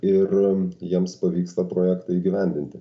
ir jiems pavyks tą projektą įgyvendinti